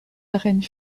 arènes